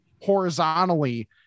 horizontally